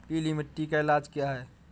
पीली मिट्टी का इलाज क्या है?